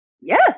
yes